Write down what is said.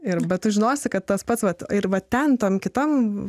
ir bet tu žinosi kad tas pats vat ir va ten tam kitam